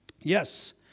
Yes